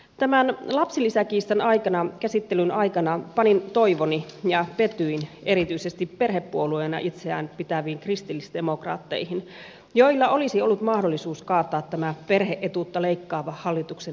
tämän lapsilisäkiistan käsittelyn aikana panin toivoni ja petyin erityisesti perhepuolueena itseään pitäviin kristillisdemokraatteihin joilla olisi ollut mahdollisuus kaataa tämä perhe etuutta leikkaava hallituksen esitys